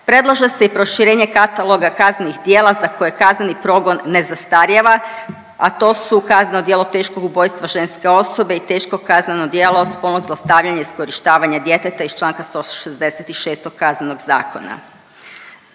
predlaže se i proširenje kataloga kaznenih djela za koje kazneni progon ne zastarijeva, a to su kazneno djelo teškog ubojstva ženske osobe i teško kazneno djelo spolnog zlostavljanja i iskorištavanja djeteta iz čl. 166. Kaznenog zakona.